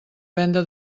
venda